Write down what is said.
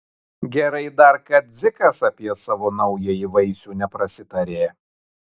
gerai dar kad dzikas apie savo naująjį vaisių neprasitarė